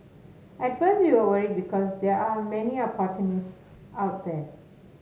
at first we were worried because there are many opportunists out there